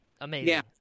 amazing